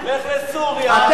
לך לסוריה,